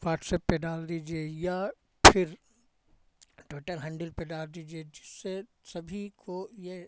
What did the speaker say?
WhatsApp पे डाल दीजिए या फिर ट्विटर हैन्डिल पे डाल दीजिए जिससे सभी को ये